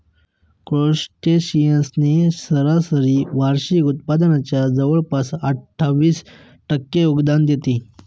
crustaceans ने सरासरी वार्षिक उत्पादनाच्या जवळपास अठ्ठावीस टक्के योगदान देते